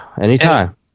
Anytime